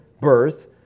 birth